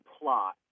plot